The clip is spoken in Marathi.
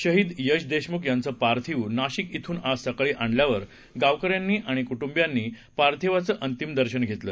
शहीद यश देशम्ख यांचं पार्थिव नाशिक इथून आज सकाळी आणल्यावर गावकऱ्यांनी आणि कुटुंबीयांनी पार्थिवाचं अंतिम दर्शन घेतलं